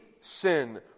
sin